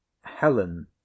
helen